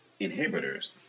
inhibitors